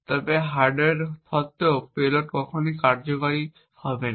তবে হার্ডওয়্যার সত্ত্বেও পেলোড কখনই কার্যকর হবে না